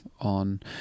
on